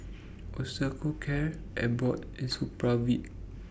Osteocare Abbott and Supravit